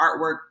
artwork